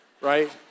right